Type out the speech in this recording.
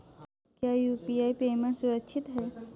क्या UPI payment सुरक्षित है?